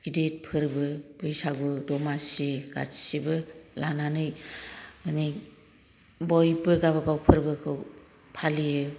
गिदिर फोरबो बैसागु दमासि गासिबो लानानै माने बयबो गाबागाव फोर्बोखौ फालियो